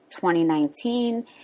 2019